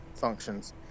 functions